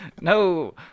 No